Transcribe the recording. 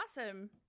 Awesome